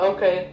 Okay